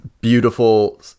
beautiful